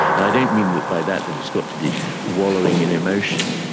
and i don't mean that by that that it's got to be wallowing in in motion.